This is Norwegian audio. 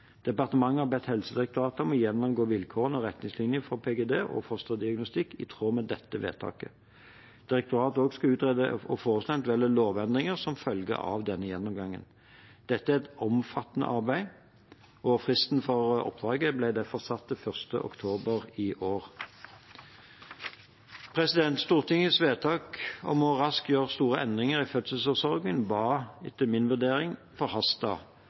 Departementet har bedt Helsedirektoratet om å gjennomgå vilkårene og retningslinjene for PGD og fosterdiagnostikk i tråd med dette vedtaket. Direktoratet skal også utrede og foreslå eventuelle lovendringer som følge av denne gjennomgangen. Dette er et omfattende arbeid, og fristen for oppdraget ble derfor satt til 1. oktober i år. Stortingets vedtak om raskt å gjøre store endringer i fødselsomsorgen var etter min vurdering